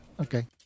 Okay